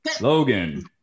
logan